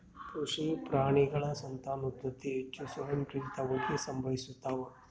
ಕೃಷಿ ಪ್ರಾಣಿಗಳ ಸಂತಾನೋತ್ಪತ್ತಿ ಹೆಚ್ಚು ಸ್ವಯಂಪ್ರೇರಿತವಾಗಿ ಸಂಭವಿಸ್ತಾವ